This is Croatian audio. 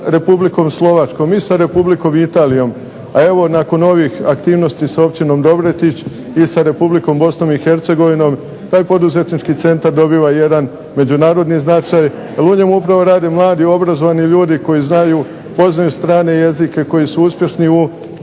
Republikom Slovačkom i sa Republikom Italijom, a evo nakon ovih aktivnosti s Općinom Dobretić i sa Republikom BiH taj poduzetnički centar dobiva jedan međunarodni značaj. Jer u njemu upravo rade mladi obrazovani ljudi koji znaju poznaju strane jezike, koji su uspješni u